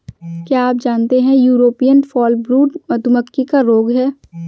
क्या आप जानते है यूरोपियन फॉलब्रूड मधुमक्खी का रोग है?